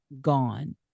gone